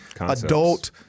adult